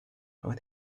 when